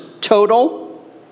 total